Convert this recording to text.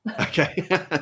Okay